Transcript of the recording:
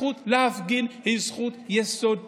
הזכות להפגין היא זכות יסוד בסיסית.